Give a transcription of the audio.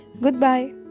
Goodbye